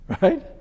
right